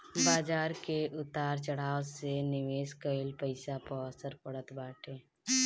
बाजार के उतार चढ़ाव से निवेश कईल पईसा पअ असर पड़त बाटे